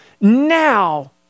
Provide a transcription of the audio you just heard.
now